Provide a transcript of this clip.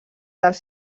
dels